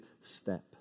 step